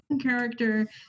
character